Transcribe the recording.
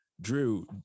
Drew